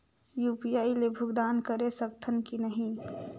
UPI ले भुगतान करे सकथन कि नहीं?